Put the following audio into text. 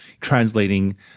translating